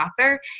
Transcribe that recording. author